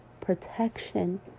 protection